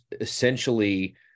essentially